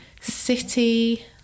City